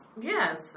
Yes